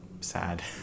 sad